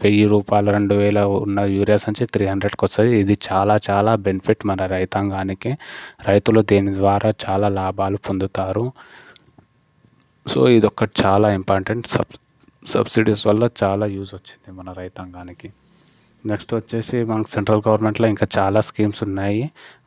వేయి రూపాయలు రెండు వేల ఉన్న యూరియా సంచి త్రీ హండ్రెడ్కి వస్తుంది ఇది చాలా చాలా బెనిఫిట్ మన రైతాంగానికి రైతులు దీని ద్వారా చాలా లాభాలు పొందుతారు సో ఇది ఒకటి చాలా ఇంపార్టెంట్ సబ్సిడీస్ వల్ల చాలా యూజ్ వచ్చింది మన రైతందానికి నెక్స్ట్ వచ్చేసి మనకి సెంట్రల్ గవర్నమెంట్లో ఇంకా చాలా స్కీమ్స్ ఉన్నాయి